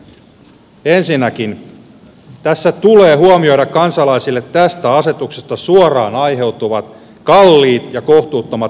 ensinnäkin tässä tulee huomioida kansalaisille tästä asetuksesta suoraan aiheutuvat kalliit ja kohtuuttomat perustamiskustannukset